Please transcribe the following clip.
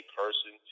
person